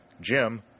Jim